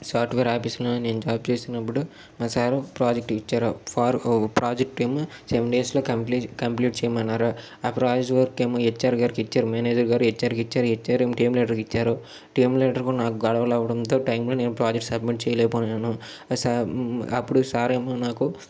software ఆఫీస్లో నేను job చేస్తున్నప్పుడు మా సార్ ప్రాజెక్ట్ ఇచ్చారు ఫార్ ప్రాజెక్ట్ ఏమో సెవెన్ డేస్లో కంప్లీ కంప్లీట్ చేయమన్నారు ఆ ప్రాజెక్ట్ వర్క్ ఏమో హెచ్ఆర్ గారికి ఇచ్చారు మేనేజర్ గారు హెచ్ఆర్కి ఇచ్చారు హెచ్ఆర్ టీమ్ లీడర్కి ఇచ్చారు టీమ్ లీడర్కి నాకు గొడవలు అవడంతో టైంలో నేను ప్రాజెక్ట్ సబ్మిట్ చేయలేకపోయాను సా అప్పుడు సార్ ఏమో నాకు